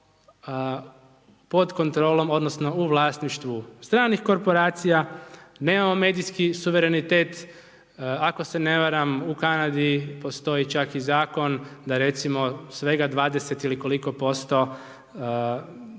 pod kontorlom, odnosno, u vlasništvu stranih korporacija, nemamo medijski suvremenitet, ako se ne varam, u Kanadi postoji čak i zakon, da recimo svega 20 ili koliko posto stranac